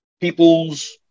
people's